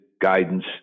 guidance